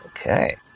Okay